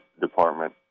Department